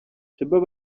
sheebah